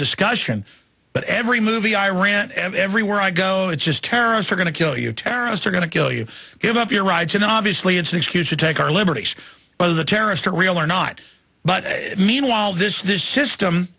discussion but every movie i rant everywhere i go and just terrorists are going to kill you terrorists are going to kill you give up your rights you know obviously it's an excuse to take our liberties but the terrorists are real or not but meanwhile this this system